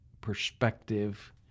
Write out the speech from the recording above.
perspective